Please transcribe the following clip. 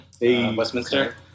Westminster